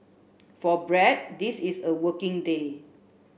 for Brad this is a working day